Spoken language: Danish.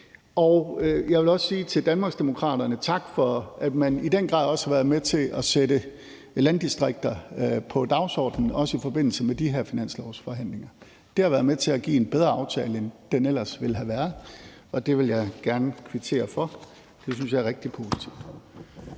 og jeg vil også sige til Danmarksdemokraterne: Tak for, at man i den grad også har været med til at sætte landdistrikter på dagsordenen, også i forbindelse med de her finanslovsforhandlinger. Det har været med til at give en bedre aftale, end den ellers ville have været, og det vil jeg gerne kvittere for. Det synes jeg er rigtig positivt.